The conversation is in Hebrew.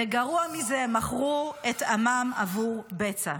וגרוע מזה, מכרו את עמם עבור בצע.